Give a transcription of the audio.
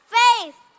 faith